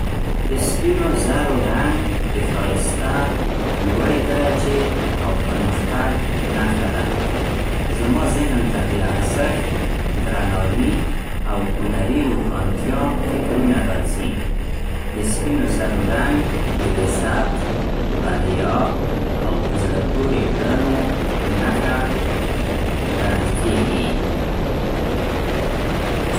د سپینو زرو رنګ د ښایسته، لوړې درجې او پرمختګ نښه ده. زما ذهن ته د ارزښت، درناوي او هنري روښانتیا فکرونه راځي. د سپینو زرو رنګ د لذت، بریا او په زړه پورې کړنو نښه ګڼل کېږي.